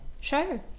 Sure